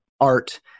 art